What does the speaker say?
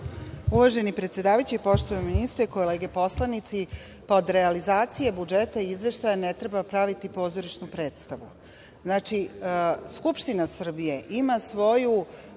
Uvaženi predsedavajući, poštovani ministre, kolege poslanici, od realizacije budžeta i izveštaja ne treba praviti pozorišnu predstavu. Znači, Skupština Srbije ima svoju